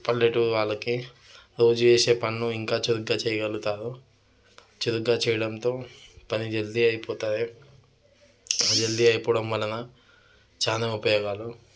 పల్లెటూరి వాళ్ళకి రోజూ చేసే పనులు ఇంకా చురుగ్గా చేయగలుగుతారు చురుగ్గా చేయడంతో పని జల్ది అయిపోతాయి జల్ది అయిపోవడం వలన చాలా ఉపయోగాలు